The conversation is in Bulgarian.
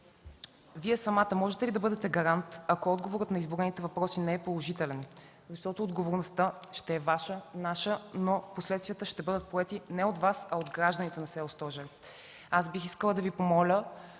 Вие самата можете ли да бъдете гарант, ако отговорът на изброените въпроси не е положителен? Защото отговорността ще е Ваша, наша, но последствията ще бъдат поети не от Вас, а от гражданите на село Стожер. Бих искала да Ви помоля